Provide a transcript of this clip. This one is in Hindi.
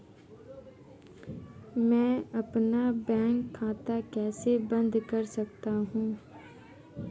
मैं अपना बैंक खाता कैसे बंद कर सकता हूँ?